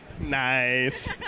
Nice